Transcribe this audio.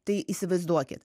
tai įsivaizduokit